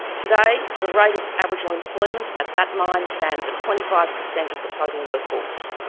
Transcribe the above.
today, the rate of aboriginal employment at that mine stands at twenty five per cent of the total workforce.